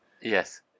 Yes